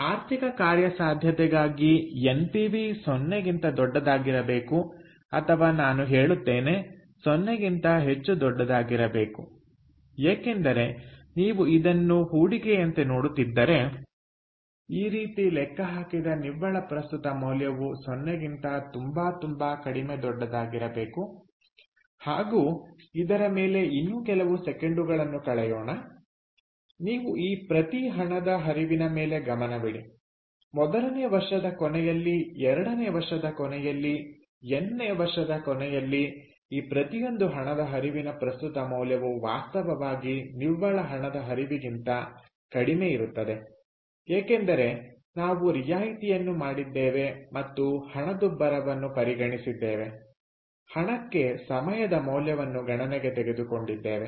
ಆರ್ಥಿಕ ಕಾರ್ಯಸಾಧ್ಯತೆಗಾಗಿ ಎನ್ಪಿವಿ 0 ಗಿಂತ ದೊಡ್ಡದಾಗಿರಬೇಕು ಅಥವಾ ನಾನು ಹೇಳುತ್ತೇನೆ 0 ಗಿಂತ ಹೆಚ್ಚು ದೊಡ್ಡದಾಗಿರಬೇಕು ಏಕೆಂದರೆ ನೀವು ಇದನ್ನು ಹೂಡಿಕೆಯಂತೆ ನೋಡುತ್ತಿದ್ದರೆ ಈ ರೀತಿ ಲೆಕ್ಕಹಾಕಿದ ನಿವ್ವಳ ಪ್ರಸ್ತುತ ಮೌಲ್ಯವು 0 ಗಿಂತ ತುಂಬಾ ತುಂಬಾ ದೊಡ್ಡದಾಗಿರಬೇಕು ಹಾಗೂ ಇದರ ಮೇಲೆ ಇನ್ನೂ ಕೆಲವು ಸೆಕೆಂಡುಗಳನ್ನು ಕಳೆಯೋಣ ನೀವು ಈ ಪ್ರತಿ ಹಣದ ಹರಿವಿನ ಮೇಲೆ ಗಮನವಿಡಿ ಮೊದಲನೇ ವರ್ಷದ ಕೊನೆಯಲ್ಲಿ ಎರಡನೇ ವರ್ಷದ ಕೊನೆಯಲ್ಲಿ ಎನ್ ನೇ ವರ್ಷದ ಕೊನೆಯಲ್ಲಿ ಈ ಪ್ರತಿಯೊಂದು ಹಣದ ಹರಿವಿನ ಪ್ರಸ್ತುತ ಮೌಲ್ಯವು ವಾಸ್ತವವಾಗಿ ನಿವ್ವಳ ಹಣದ ಹರಿವಿಗಿಂತ ಕಡಿಮೆ ಇರುತ್ತದೆ ಏಕೆಂದರೆ ನಾವು ರಿಯಾಯಿತಿಯನ್ನು ಮಾಡಿದ್ದೇವೆ ಮತ್ತು ಹಣದುಬ್ಬರವನ್ನು ಪರಿಗಣಿಸಿದ್ದೇವೆ ಹಣಕ್ಕೆ ಸಮಯದ ಮೌಲ್ಯವನ್ನು ಗಣನೆಗೆ ತೆಗೆದುಕೊಂಡಿದ್ದೇವೆ